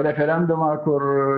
referendumą kur